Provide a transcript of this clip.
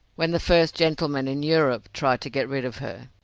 when the first gentleman in europe tried to get rid of her,